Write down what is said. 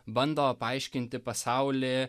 bando paaiškinti pasaulį